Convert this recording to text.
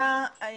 תודה, מיקי.